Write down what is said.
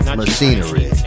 machinery